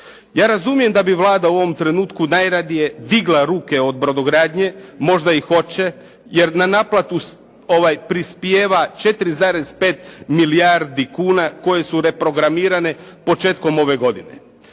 Ja razumijem da bi Vlada u ovom trenutku najradije digla ruke od brodogradnje, možda i hoće, jer na naplatu prispijeva 4,5 milijardi kuna koje su reprogramirane početkom ove godine.